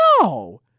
No